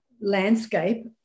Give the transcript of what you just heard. landscape